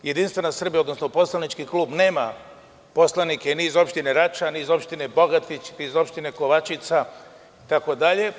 Jedinstvena Srbija odnosno poslanički klub nema poslanike ni iz opštine Rača, ni Bogatić, Kovačica itd.